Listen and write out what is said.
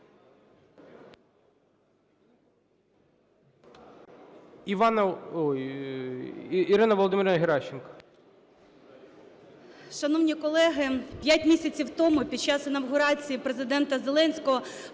Шановні колеги, 5 місяців тому під час інавгурації Президента Зеленського